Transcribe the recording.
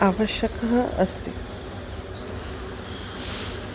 आवश्यकः अस्ति